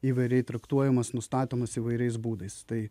įvairiai traktuojamos nustatomos įvairiais būdais tai